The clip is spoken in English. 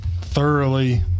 thoroughly